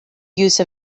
use